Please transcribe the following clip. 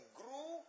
grew